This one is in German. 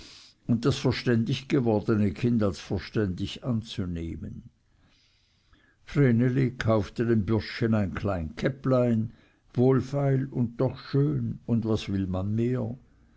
und das verständig gewordene kind als verständig anzunehmen vreneli kaufte dem bürschchen ein klein käpplein wohlfeil und doch schön und was will man mehr